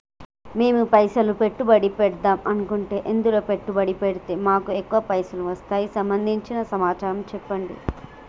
మేము పైసలు పెట్టుబడి పెడదాం అనుకుంటే ఎందులో పెట్టుబడి పెడితే మాకు ఎక్కువ పైసలు వస్తాయి సంబంధించిన సమాచారం చెప్పండి?